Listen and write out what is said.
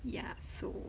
ya so